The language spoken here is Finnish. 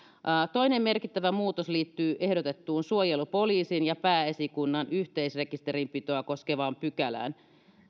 toinen merkittävä muutos liittyy ehdotettuun suojelupoliisin ja pääesikunnan yhteisrekisterinpitoa koskevaan pykälään